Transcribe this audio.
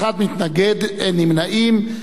אחד מתנגד, אין נמנעים.